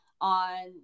on